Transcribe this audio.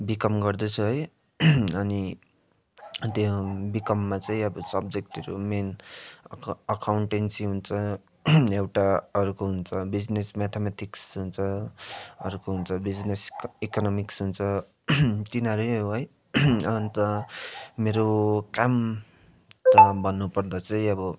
become गर्दैछु है अनि त्यो बिकममा चाहिँ अब सब्जेक्टहरू मेन अकाउ अकाउन्टेन्सी हुन्छ एउटा अर्को हुन्छ बिजनेस म्याथमेटिक्स हुन्छ अर्को हुन्छ बिजनेस इकोनोमिक्स हुन्छ तिनीहरू हो है अन्त मेरो काम त भन्नुपर्दा चाहिँ अब